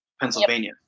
Pennsylvania